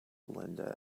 linda